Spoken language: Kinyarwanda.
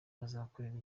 bazakorera